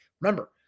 remember